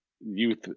youth